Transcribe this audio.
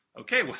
okay